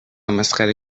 مسخره